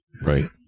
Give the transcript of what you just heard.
Right